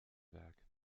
werk